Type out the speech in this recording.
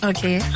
Okay